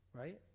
Right